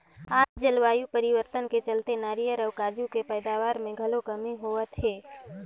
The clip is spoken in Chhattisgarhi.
आज जलवायु परिवर्तन के चलते नारियर अउ काजू के पइदावार मे घलो कमी होवत हे